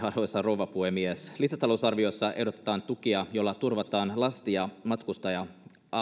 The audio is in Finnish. arvoisa rouva puhemies lisätalousarviossa ehdotetaan tukea jolla turvataan lasti ja matkustaja